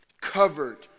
covered